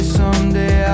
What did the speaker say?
someday